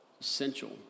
Essential